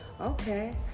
Okay